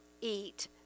eat